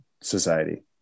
society